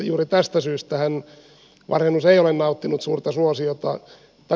juuri tästä syystähän varhennus ei ole nauttinut suurta suosiota